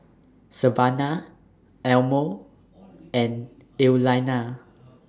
Savannah Elmo and Iliana